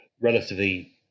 relatively